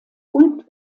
und